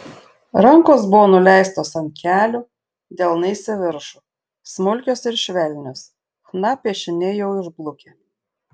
rankos buvo nuleistos ant kelių delnais į viršų smulkios ir švelnios chna piešiniai jau išblukę